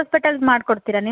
ಹಾಂ ಆಯ್ತು ರೀ ಕಳಿಸಿ ರೀ